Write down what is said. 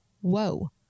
Whoa